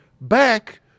back